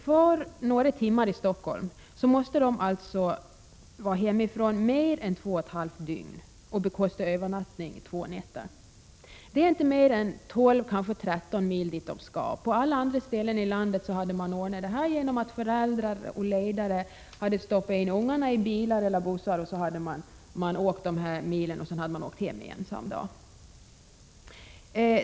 För tävlingarna i Stockholm under lördagsförmiddagen måste de alltså vara hemifrån under mer än två och ett halvt dygn och bekosta övernattning för två nätter. Det är inte mer än 12, kanske 13 mil till tävlingsplatsen. På alla andra ställen i landet hade en sådan här resa ordnats så att föräldrar och ledare ställt upp med bilar eller bussar och kört ungarna till och från tävlingen på samma dag.